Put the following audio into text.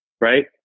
right